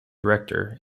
director